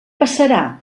passarà